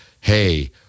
hey